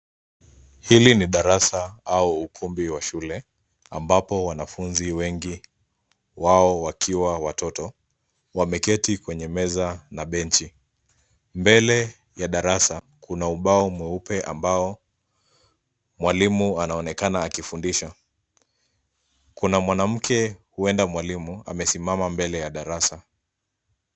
Hili ni darasa au ukumbi wa shule, ambapo wanafunzi wengi wao wakiwa watoto, wameketi kwenye meza na benchi. Mbele ya darasa kuna ubao mweupe ambao mwalimu anaonekana akifundisha. Kuna mwanamke huenda mwalimu, amesimama mbele ya darasa.